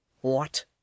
What